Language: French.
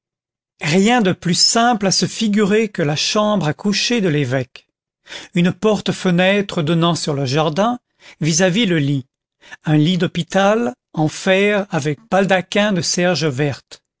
rien de plus simple à se figurer que la chambre à coucher de l'évêque une porte-fenêtre donnant sur le jardin vis-à-vis le lit un lit d'hôpital en fer avec baldaquin de serge verte